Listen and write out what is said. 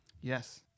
Yes